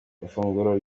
ifunguro